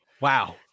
Wow